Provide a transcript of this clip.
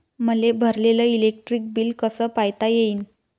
मले भरलेल electric bill कस पायता येईन?